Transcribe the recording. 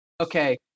okay